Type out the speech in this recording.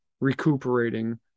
recuperating